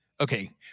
Okay